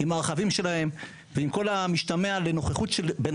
עם הרכבים שלהם ועם כל המשתמע לנוכחות של בן